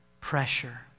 pressure